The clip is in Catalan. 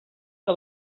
que